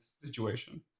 situation